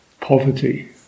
poverty